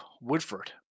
Woodford